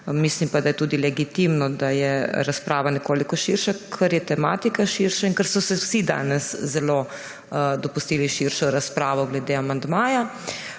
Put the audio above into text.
Mislim pa, da je tudi legitimno, da je razprava nekoliko širša, ker je tematika širša in ker so si vsi danes zelo dopustili širšo razpravo glede amandmaja.